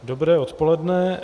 Dobré odpoledne.